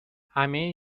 همه